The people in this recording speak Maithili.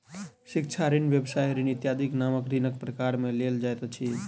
शिक्षा ऋण, व्यवसाय ऋण इत्यादिक नाम ऋणक प्रकार मे लेल जाइत अछि